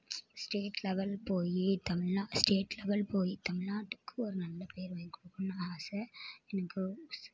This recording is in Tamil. ஸ்டேட் லெவல் போயி தமிழா ஸ்டேட் லெவல் போயி தமிழ்நாட்டுக்கு ஒரு நல்ல பேரு வாய்ங்கி கொடுக்கணுன்னு ஆசை எனக்கு ஸ்